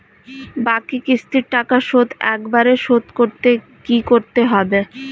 বাকি কিস্তির টাকা শোধ একবারে শোধ করতে কি করতে হবে?